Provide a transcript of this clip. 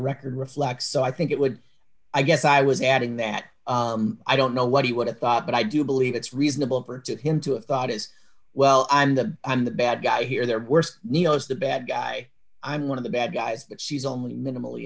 record reflects so i think it would i guess i was adding that i don't know what he would have thought but i do believe it's reasonable for him to have thought as well i'm the and the bad guy here their worst neo's the bad guy i'm one of the bad guys but she's only minimally